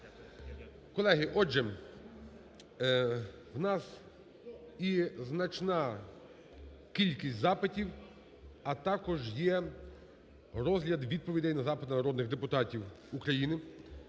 Колеги, отже, в нас і значна кількість запитів, а також є розгляд відповідей на запити народних депутатів України.